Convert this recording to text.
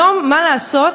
כיום, מה לעשות?